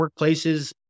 workplaces